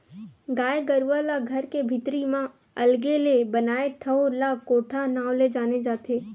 गाय गरुवा ला घर के भीतरी म अलगे ले बनाए ठउर ला कोठा नांव ले जाने जाथे